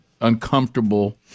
uncomfortable